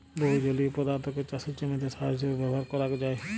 বহু জলীয় পদার্থকে চাসের জমিতে সার হিসেবে ব্যবহার করাক যায়